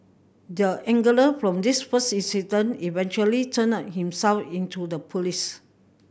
the angler from this first incident eventually turned himself in to the police